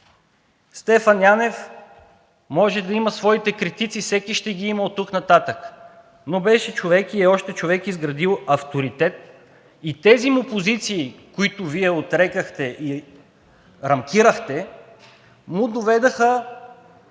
Стефан Янев може да има своите критици, всеки ще ги има оттук нататък, но беше човек и още е човек, изградил авторитет, и тези му позиции, които Вие отрекохте и рамкирахте, му доведоха...